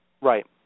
Right